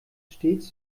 stets